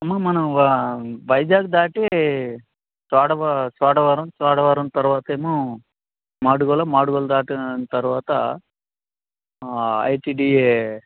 అమ్మా మనం వైజాగ్ దాటి చోడవ చోడవరం చోడవరం తరువాత ఏమో మాడుగుల మాడుగుల దాటిన తరువాత ఐటిడిఎ